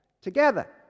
together